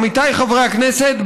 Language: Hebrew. עמיתיי חברי הכנסת,